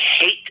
hate